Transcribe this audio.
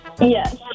Yes